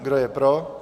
Kdo je pro?